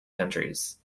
countries